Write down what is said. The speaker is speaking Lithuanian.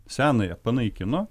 senąją panaikino